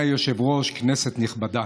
אדוני היושב-ראש, כנסת נכבדה,